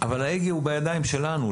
אבל ההגה הוא בידיים שלנו,